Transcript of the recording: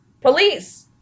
Police